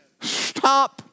Stop